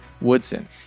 Woodson